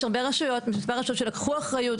יש הרבה רשויות, מספר רשויות שלקחו אחריות.